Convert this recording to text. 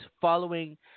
following